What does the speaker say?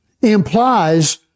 implies